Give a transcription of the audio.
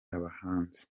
abahanzi